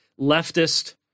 leftist